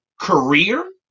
career